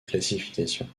classification